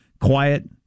quiet